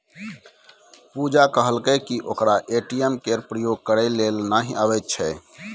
पुजा कहलकै कि ओकरा ए.टी.एम केर प्रयोग करय लेल नहि अबैत छै